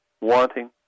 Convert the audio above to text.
wanting